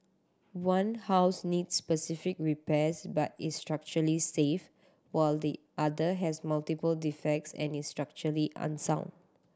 one house needs specific repairs but is structurally safe while the other has multiple defects and is structurally unsound